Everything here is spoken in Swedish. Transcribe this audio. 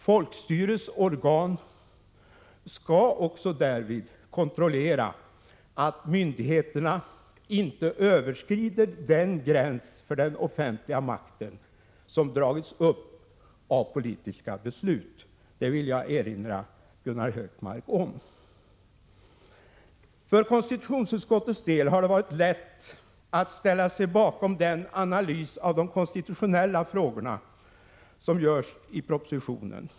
Folkstyrets organ skall därvid också kontrollera att myndigheterna inte överskrider den gräns för den offentliga makten som har dragits upp genom politiska beslut — det vill jag erinra Gunnar Hökmark om. För konstitutionsutskottets del har det varit lätt att ställa sig bakom den analys av de konstitutionella frågorna som görs i propositionen.